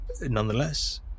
nonetheless